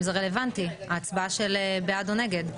האם זה רלוונטי ההצבעה בעד או נגד.